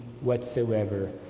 whatsoever